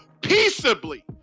peaceably